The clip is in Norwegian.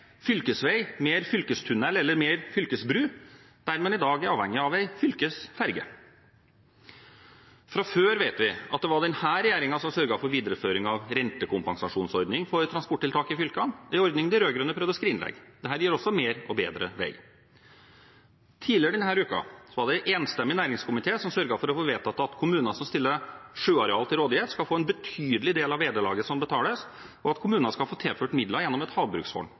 bli mer fylkesvei, mer fylkestunnel eller mer fylkesbru der man i dag er avhengig av en fylkesferge. Fra før vet vi at det var denne regjeringen som sørget for videreføring av rentekompensasjonsordningen for transporttiltak i fylkene, en ordning de rød-grønne prøvde å skrinlegge. Dette gir også mer og bedre vei. Tidligere denne uken var det en enstemmig næringskomité som sørget for å få vedtatt at kommuner som stiller sjøareal til rådighet, skal få en betydelig del av vederlaget som betales, og at kommunene skal få tilført midler gjennom et